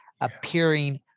appearing